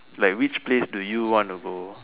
like which place do you want to go